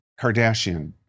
Kardashian